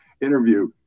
interview